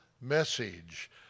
message